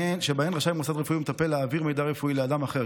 שבהן רשאי מוסד רפואי מטפל להעביר מידע רפואי לאדם אחר,